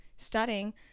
studying